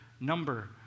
number